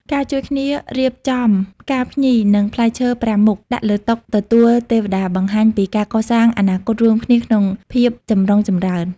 ការជួយគ្នារៀបចំ "ផ្កាភ្ញី" និង "ផ្លែឈើប្រាំមុខ" ដាក់លើតុទទួលទេវតា បង្ហាញពីការកសាងអនាគតរួមគ្នាក្នុងភាពចម្រុងចម្រើន។